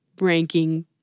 ranking